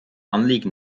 anliegen